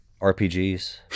RPGs